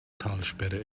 talsperre